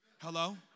Hello